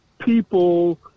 people